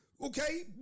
Okay